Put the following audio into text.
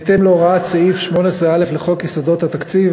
בהתאם להוראת סעיף 18(א) לחוק יסודות התקציב,